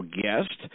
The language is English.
guest